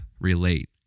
relate